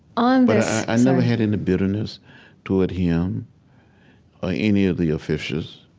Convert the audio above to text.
um but i never had any bitterness toward him or any of the officials.